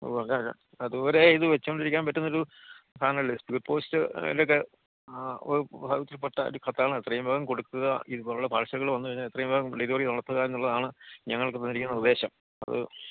ഓ അല്ല അല്ല അതുവരെ ഇത് വച്ചോണ്ടിരിക്കാന് പറ്റുന്നൊരു സാധനമല്ല സ്പീഡ് പോസ്റ്റ് അതിലൊക്കെ എത്രയും വേഗം കൊടുക്കുക ഇതുപോലുള്ള പാഴ്സലുകള് വന്നുകഴിഞ്ഞാല് എത്രയും വേഗം ഡെലിവറി നടത്തുക എന്നുള്ളതാണ് ഞങ്ങൾക്ക് തന്നിരിക്കുന്ന നിർദ്ദേശം അത്